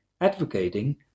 advocating